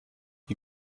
wie